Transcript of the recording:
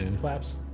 flaps